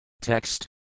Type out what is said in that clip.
Text